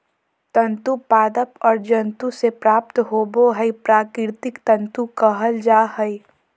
तंतु पादप और जंतु से प्राप्त होबो हइ प्राकृतिक तंतु कहल जा हइ